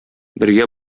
бергә